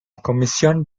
comisión